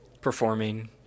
performing